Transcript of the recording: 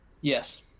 Yes